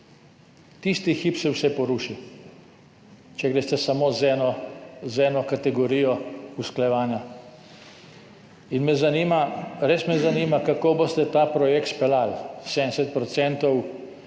Tisti hip se vse poruši, če greste samo z eno kategorijo usklajevanja. In me zanima, res me zanima, kako boste ta projekt speljali, 70